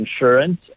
insurance